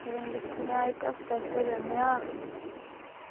कोई नीं दिक्खने आं इक्क हफ्ते आस्तै जन्ने आं